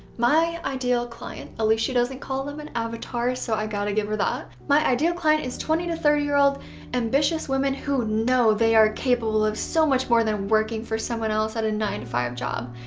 my ideal client. at ah least she doesn't call them an avatar so i gotta give her that. my ideal client is twenty to thirty year old ambitious women who know they are capable of so much more than working for someone else at a nine five job.